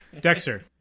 Dexter